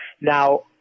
Now